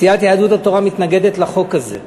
סיעת יהדות התורה מתנגדת לחוק הזה.